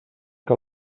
que